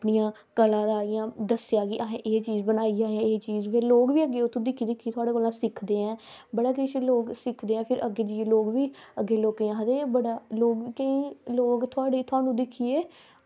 ते कन्नै दस्सेआ कि असें एह् चीज़ बनाई ही असें एह् चीज़ ते अग्गें लोक बी साढ़े कोला दिक्खी दिक्खी सिखदे बड़ा किश सिखदे आ अग्गै जाइयै लोग बी अग्गें लोकें गी आखदे बड़ा अग्गें लोग बी लोग थोह्ड़े थुहानू दिक्खियै